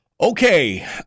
Okay